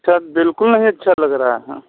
अच्छा बिल्कुल नहीं अच्छा लग रहा है